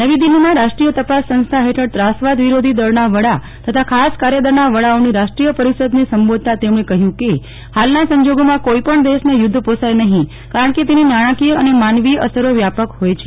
નવી દિલ્હીમાં રાષ્ટ્રીય તપાસ સંસ્થા હેઠળ ત્રાસવાદ વિરોધી દળના વડા તથા ખાસ કાર્યદળના વડાઓની રાષ્ટ્રીય પરિષદને સંબોધતાં તેમણે કહ્યું કે હાલના સંજોગોમાં કોઇપણ દેશને યુદ્ધ પોષાય નહીં કારણ કે તેની નાણાંકીય અને માનવીય અસરો વ્યાપક હોય છે